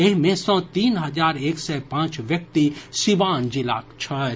एहि मे सँ तीन हजार एक सय पांच व्यक्ति सिवान जिलाक छथि